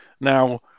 Now